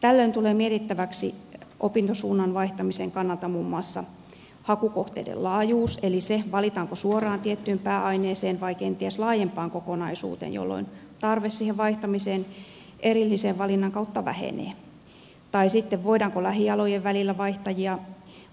tällöin tulee mietittäväksi opintosuunnan vaihtamisen kannalta muun muassa hakukohteiden laajuus eli se valitaanko suoraan tiettyyn pääaineeseen vai kenties laajempaan kokonaisuuteen jolloin tarve siihen vaihtamiseen erillisen valinnan kautta vähenee tai sitten se voidaanko lähialojen välillä vaihtajia